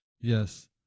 yes